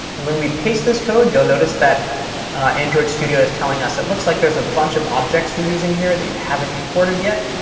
and when we paste this code you'll notice that android studio is telling us it looks like there's a bunch of objects you're using here that you haven't imported yet.